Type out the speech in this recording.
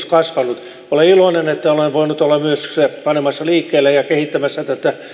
kasvanut minä olen iloinen että olen voinut olla myös panemassa liikkeelle ja kehittämässä tätä